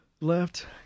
left